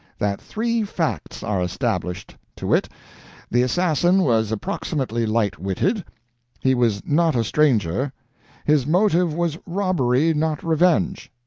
that three facts are established, to wit the assassin was approximately light-witted he was not a stranger his motive was robbery, not revenge.